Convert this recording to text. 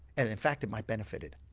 and in fact it might benefit it.